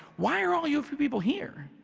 why are all you people here?